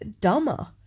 dumber